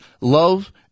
love